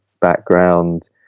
background